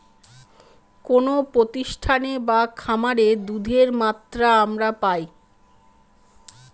কোনো প্রতিষ্ঠানে বা খামারে দুধের মাত্রা আমরা পাই